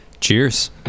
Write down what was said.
cheers